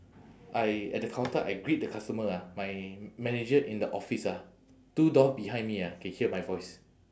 I at the counter I greet the customer ah my manager in the office ah two door behind me ah can hear my voice